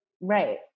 Right